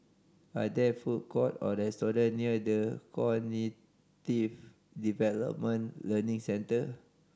are there food court or restaurant near The Cognitive Development Learning Centre